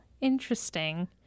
interesting